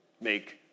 make